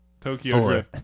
Tokyo